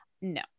no